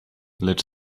lecz